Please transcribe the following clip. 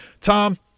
Tom